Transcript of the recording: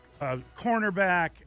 cornerback